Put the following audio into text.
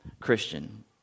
Christian